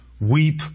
Weep